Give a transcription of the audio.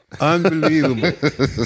Unbelievable